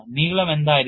നീളം എന്തായിരിക്കണം